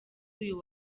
uyu